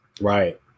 Right